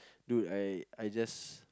dude I I just